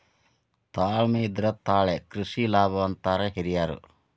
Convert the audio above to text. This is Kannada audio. ತಾಳ್ಮೆ ಇದ್ರೆ ತಾಳೆ ಕೃಷಿ ಲಾಭ ಅಂತಾರ ಹಿರ್ಯಾರ್